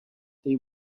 they